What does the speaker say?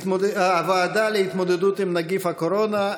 הוועדה להתמודדות עם נגיף הקורונה,